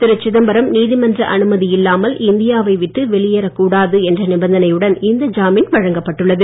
திரு சிதம்பரம் நீதிமன்ற அனுமதியில்லாமல் இந்தியாவை விட்டு வெளியேறக்கூடாது என்ற நிபந்தனையுடன் இந்த ஜாமீன் வழங்கப்பட்டுள்ளது